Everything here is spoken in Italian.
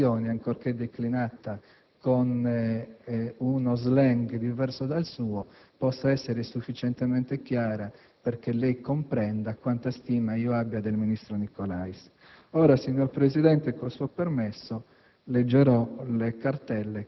e credo che questa espressione, ancorché declinata con uno *slang* diverso dal suo, sia sufficientemente chiara perché lei comprenda quanta stima io abbia del ministro Nicolais. Signor Presidente, con il suo permesso,